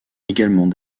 également